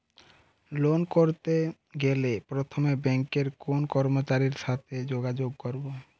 Loan করতে গেলে প্রথমে ব্যাঙ্কের কোন কর্মচারীর সাথে যোগাযোগ করব?